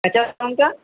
কাঁচালঙ্কা